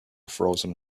frozen